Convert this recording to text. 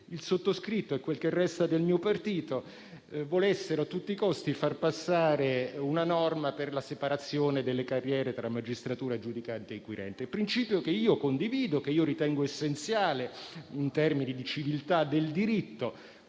il sottoscritto e quel che resta del mio partito volessero a tutti i costi far passare una norma per la separazione delle carriere tra magistratura giudicante e inquirente. È un principio che io condivido e che ritengo essenziale in termini di civiltà del diritto;